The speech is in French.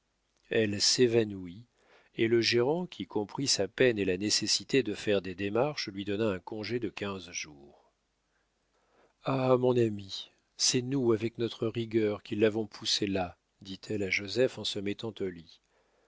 elle s'évanouit et le gérant qui comprit sa peine et la nécessité de faire des démarches lui donna un congé de quinze jours ah mon ami c'est nous avec notre rigueur qui l'avons poussé là dit-elle à joseph en se mettant au lit